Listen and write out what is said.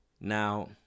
Now